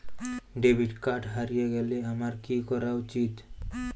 Debit card হারিয়ে গেলে আমার কি করা উচিৎ?